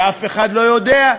כי אף אחד לא יודע.